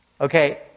Okay